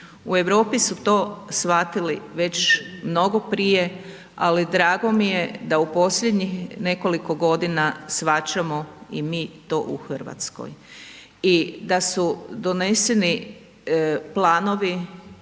U Europi su to shvatili već mnogo prije, ali drago mi je da u posljednjih nekoliko godina shvaćamo i mi to u RH i da su doneseni planovi